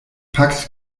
packt